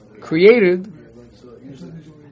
Created